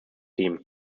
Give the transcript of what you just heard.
team